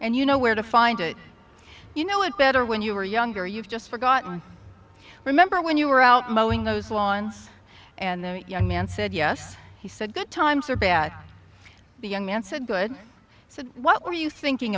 and you know where to find it you know it better when you were younger you've just forgotten remember when you were out moaning those lawns and the young man said yes he said good times are bad be young man said good so what were you thinking